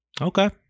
Okay